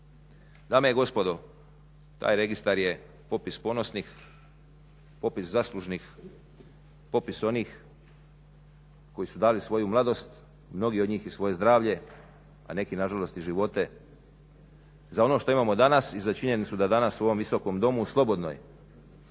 Dame i gospodo taj registar je popis ponosnih, popis zaslužnih, popis onih koji su dali svoju mladost, mnogi od njih i svoje zdravlje a neki nažalost i živote za ono što imamo danas i za činjenicu da danas u ovom Visokom domu u slobodnoj